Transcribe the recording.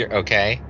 okay